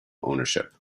ownership